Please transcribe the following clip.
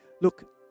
look